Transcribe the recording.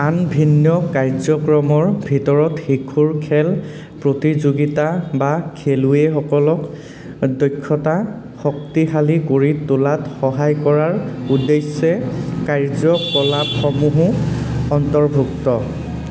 আন ভিন্ন কাৰ্যক্ৰমৰ ভিতৰত শিশুৰ খেল প্ৰতিযোগীতা বা খেলুৱৈসকলক দক্ষতা শক্তিশালী কৰি তোলাত সহায় কৰাৰ উদ্দেশ্যে কাৰ্যকলাপসমূহো অন্তৰ্ভুক্ত